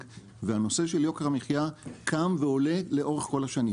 והנושא של יוקר המחיה קם ועולה לאורך כל השנים.